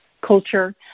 culture